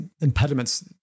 impediments